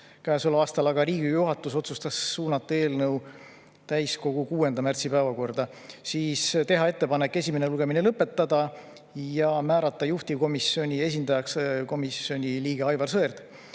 käesoleval aastal, aga Riigikogu juhatus otsustas suunata eelnõu täiskogu 6. märtsi päevakorda, teha ettepanek esimene lugemine lõpetada ja määrata juhtivkomisjoni esindajaks komisjoni liige Aivar Sõerd.